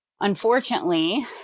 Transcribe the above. unfortunately